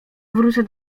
powrócę